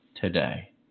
today